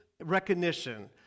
recognition